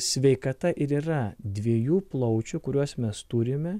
sveikata ir yra dviejų plaučių kuriuos mes turime